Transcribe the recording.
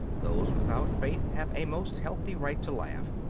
those without faith have a most healthy right to laugh.